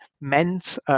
meant